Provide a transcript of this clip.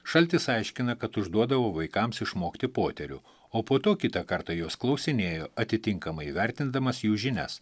šaltis aiškina kad užduodavo vaikams išmokti poterių o po to kitą kartą juos klausinėjo atitinkamai įvertindamas jų žinias